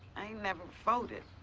i ain't never voted.